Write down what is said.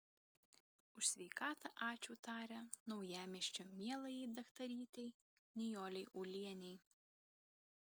už sveikatą ačiū taria naujamiesčio mielajai daktarytei nijolei ulienei